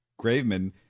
Graveman